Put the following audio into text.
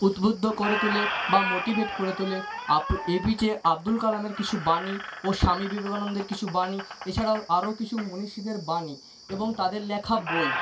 উদ্বুদ্ধ করে তোলে বা মোটিভেট করে তোলে আপ এপিজে আব্দুল কালামের কিছু বাণী ও স্বামী বিবেকানন্দের কিছু বাণী এছাড়াও আরও কিছু মনীষীদের বাণী এবং তাদের লেখা বই